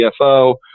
CFO